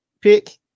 pick